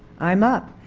i'm up.